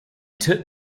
took